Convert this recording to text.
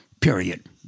Period